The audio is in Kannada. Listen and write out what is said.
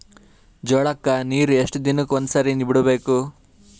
ಜೋಳ ಕ್ಕನೀರು ಎಷ್ಟ್ ದಿನಕ್ಕ ಒಂದ್ಸರಿ ಬಿಡಬೇಕು?